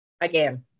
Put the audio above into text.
again